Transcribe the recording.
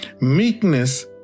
Meekness